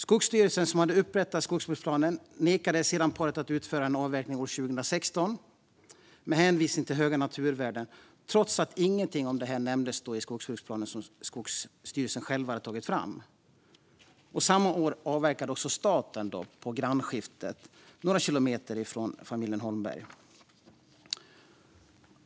Skogsstyrelsen, som hade upprättat skogsbruksplanen, nekade sedan paret att utföra en avverkning år 2016 med hänvisning till höga naturvärden, trots att inget om detta alltså nämndes i den skogsbruksplan som Skogsstyrelsen själv hade tagit fram. Samma år avverkade staten på grannskiftet, bara några kilometer från familjen Holmberg.